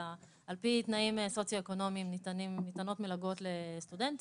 אלא על פי תנאים סוציו-אקונומיים ניתנות מלגות לסטודנטים.